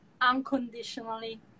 unconditionally